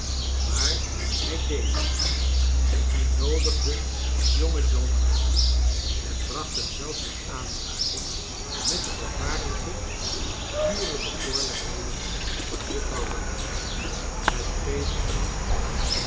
jviaar hij deed het hij noodigde jonge john uit en bracht hem zelfs in aanraking met de gevaarlijke dure bekoorlijkheden van juffrouw rugg het